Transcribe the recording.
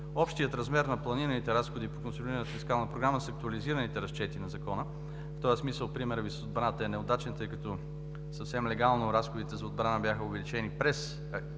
Общият размер на планираните разходи по консолидираната фискална програма с актуализираните разчети на Закона, в този смисъл примерът Ви с отбраната е неудачен, тъй като съвсем легално разходите за отбрана бяха увеличени през